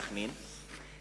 סח'נין,